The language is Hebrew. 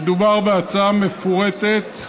מדובר בהצעה מפורטת,